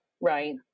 right